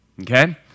Okay